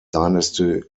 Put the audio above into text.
dynasty